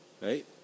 Right